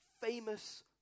famous